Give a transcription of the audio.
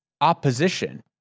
opposition